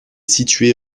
situé